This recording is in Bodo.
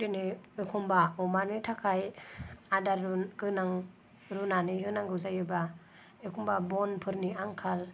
दिनै एखमब्ला अमानो थाखाय आदार गोनां रुनानै होनांगौ जायोबा एखमब्ला बनफोरनि आंखाल